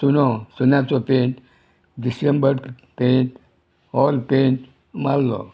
चुनो सुन्याचो paint December paint hall paint मारलो